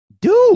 dude